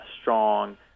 strong